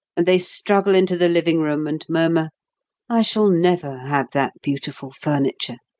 and they struggle into the living-room and murmur i shall never have that beautiful furniture,